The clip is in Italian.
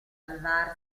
salvarsi